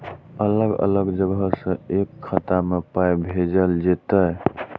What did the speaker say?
अलग अलग जगह से एक खाता मे पाय भैजल जेततै?